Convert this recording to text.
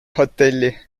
hotelli